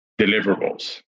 deliverables